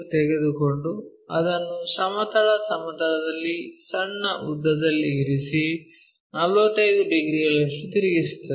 ತೆಗೆದುಕೊಂಡು ಅದನ್ನು ಸಮತಲ ಸಮತಲದಲ್ಲಿ ಸಣ್ಣ ಉದ್ದದಲ್ಲಿ ಇರಿಸಿ 45 ಡಿಗ್ರಿಗಳಷ್ಟು ತಿರುಗಿಸುತ್ತೇವೆ